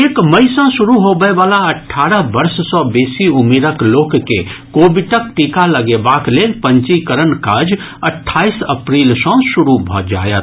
एक मई सँ शुरू होबय वला अठारह वर्ष सँ बेसी उमिरक लोक के कोविडक टीका लगेबाक लेल पंजीकरणक काज अठाईस अप्रील सँ शुरू भऽ जायत